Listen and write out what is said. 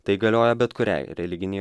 tai galioja bet kuriai religinei